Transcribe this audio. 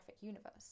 universe